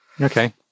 Okay